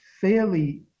fairly